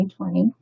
2020